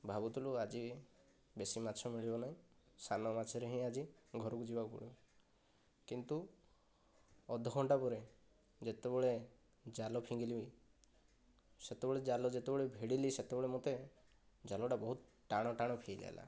ଭାବୁଥିଲୁ ଆଜି ବେଶୀ ମାଛ ମିଳିବ ନାହିଁ ସାନ ମାଛରେ ହିଁ ଆଜି ଘରକୁ ଯିବାକୁ ପଡ଼ିବ କିନ୍ତୁ ଅଧଘଣ୍ଟା ପରେ ଯେତେବଳେ ଜାଲ ଫିଙ୍ଗିଲି ସେତେବଳେ ଜାଲ ଯେତେବଳେ ଭିଡ଼ିଲି ସେତେବେଳେ ମୋତେ ଜାଲ ଟା ବହୁତ ଟାଣ ଟାଣ ଫିଲ ହେଲା